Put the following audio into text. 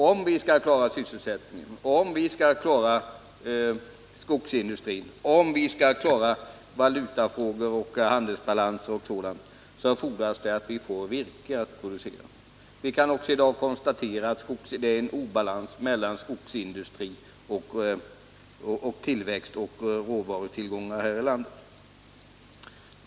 Om vi skall klara sysselsättningen, klara skogsindustrin, klara valutafrågorna, handelsbalansen osv. fordras det att vi får virke för produktion. Vi kan också konstatera att det i dag är obalans mellan tillväxt och råvarutillgång i det här landet.